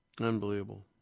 Unbelievable